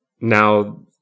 now